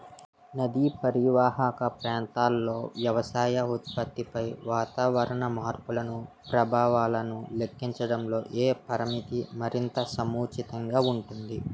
నదీ పరీవాహక ప్రాంతంలో వ్యవసాయ ఉత్పత్తిపై వాతావరణ మార్పుల ప్రభావాలను లెక్కించడంలో ఏ పరామితి మరింత సముచితంగా ఉంటుంది?